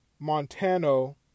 Montano